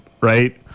right